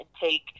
take